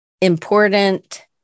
important